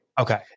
Okay